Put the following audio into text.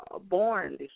born